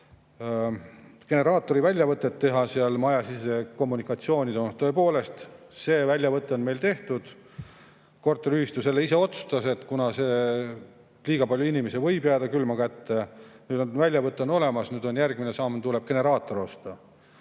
generaatori väljavõte teha majasiseses kommunikatsioonis. Tõepoolest, see väljavõte on meil tehtud. Korteriühistu selle ise otsustas, et kuna liiga palju inimesi võib jääda külma kätte, siis väljavõte on olemas, nüüd järgmine samm on see, et tuleb generaator osta.